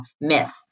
myth